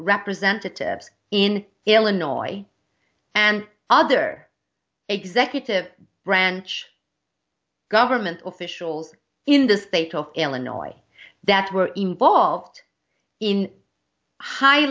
representatives in illinois and other executive branch government officials in the state of illinois that were involved in high